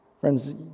Friends